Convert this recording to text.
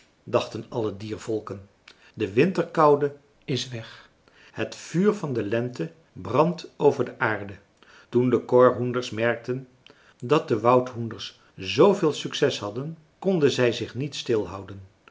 dachten alle diervolken de winterkoude is weg het vuur van de lente brandt over de aarde toen de korhoenders merkten dat de woudhoenders zveel succes hadden konden zij zich niet